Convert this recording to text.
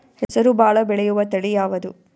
ಹೆಸರು ಭಾಳ ಬೆಳೆಯುವತಳಿ ಯಾವದು?